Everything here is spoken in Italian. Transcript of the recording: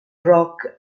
rock